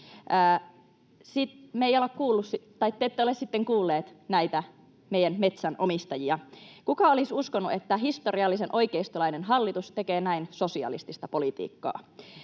Te ette ole sitten kuullut näitä meidän metsänomistajia. Kuka olisi uskonut, että historiallisen oikeistolainen hallitus tekee näin sosialistista politiikkaa?